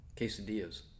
quesadillas